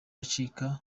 acika